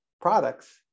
products